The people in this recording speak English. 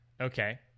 Okay